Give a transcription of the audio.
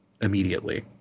immediately